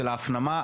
של ההפנמה?